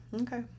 Okay